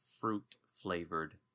fruit-flavored